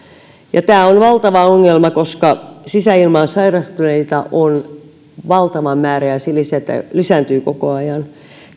tämä on valtava ongelma koska sisäilmaan sairastuneita on valtava määrä ja se lisääntyy koko ajan